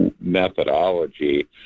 methodology